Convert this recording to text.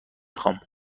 خوام